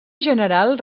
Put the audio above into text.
general